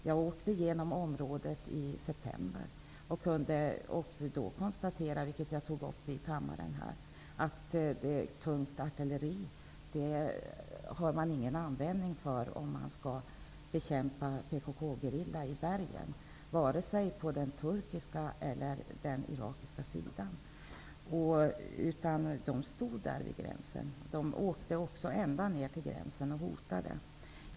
Jag åkte genom området i september och kunde då konstatera, vilket jag tog upp i kammaren, att man inte har någon användning av tungt artilleri om man skall bekämpa PKK-gerillan i bergen, vare sig på den turkiska eller på den irakiska sidan. De stod där vid gränsen, och de åkte ända fram till gränsen och hotade.